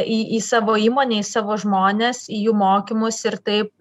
į į savo įmonę į savo žmones į jų mokymus ir taip